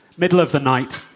middle of the night.